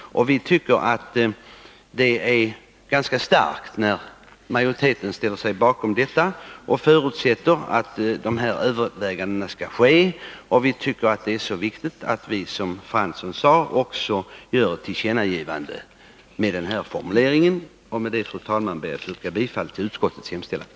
Det är ganska starkt när majoriteten ställer sig bakom detta och förutsätter att de här övervägandena skall ske. Vi tycker att det är så viktigt att vi, som Jan Fransson sade, också gör ett tillkännagivande med denna formulering. Med detta, fru talman, ber jag att få yrka bifall till utskottets hemställan.